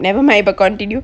never mind but continue